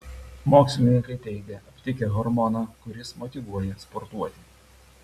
mokslininkai teigia aptikę hormoną kuris motyvuoja sportuoti